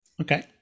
Okay